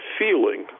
feeling